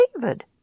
David